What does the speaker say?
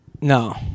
No